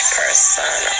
person